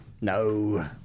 No